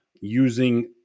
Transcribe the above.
using